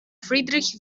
friedrich